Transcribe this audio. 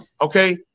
okay